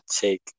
take